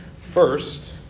First